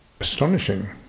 astonishing